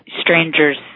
strangers